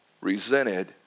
resented